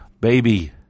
baby